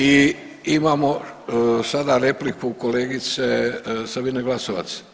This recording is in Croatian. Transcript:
I imamo sada repliku kolegice Sabine Glasovac.